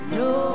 no